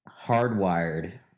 hardwired